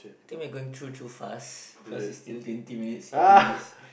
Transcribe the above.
think we are going thru too fast cause it's still twenty minutes eighteen minutes